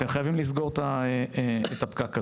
אתם חייבים לסגור את הפקק הזה.